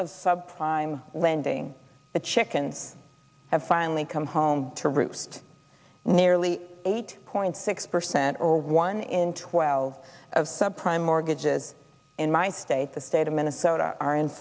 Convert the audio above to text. of sub prime lending the chickens have finally come home to roost nearly eight point six percent or one in twelve of sub prime mortgages in my state the state of minnesota are